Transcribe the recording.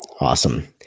Awesome